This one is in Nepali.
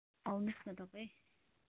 आउनु होस् न तपाईँ